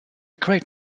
great